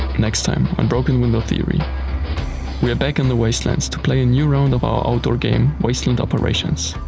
next time on broken window theory we are back in the wastelands to play a new round of our outdoor game wasteland operations.